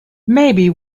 maybe